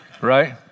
Right